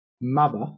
mother